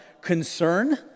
concern